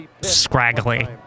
Scraggly